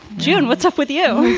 june, what's up with you?